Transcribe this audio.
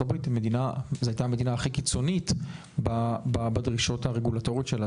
שהיא המדינה הכי קיצונית בדרישות הרגולטוריות שלה.